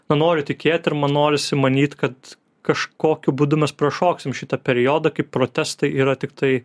na noriu tikėti ir man norisi manyt kad kažkokiu būdu mes prašoksim šitą periodą kaip protestai yra tiktai